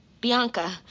Bianca